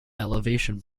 elevation